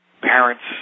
parents